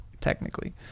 technically